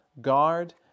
guard